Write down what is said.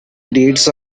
deeds